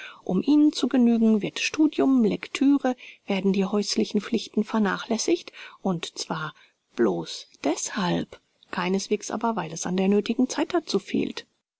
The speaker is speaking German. um ihnen zu genügen wird studium lectüre werden die häuslichen pflichten vernachlässigt und zwar bloß deshalb keineswegs aber weil es an der nöthigen zeit dazu fehlt